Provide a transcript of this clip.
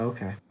Okay